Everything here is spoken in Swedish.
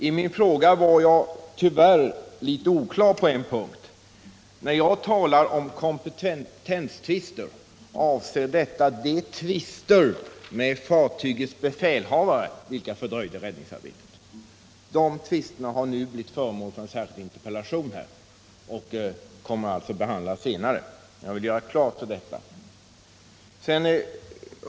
I min fråga var jag tyvärr litet oklar på en punkt: med kompetenstvister avsåg jag de tvister med fartygets befälhavare vilka fördröjde räddningsarbetet. De tvisterna har nu blivit föremål för en särskild interpellation och kommer alltså att behandlas senare, men jag ville bara klarlägga detta.